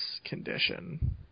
condition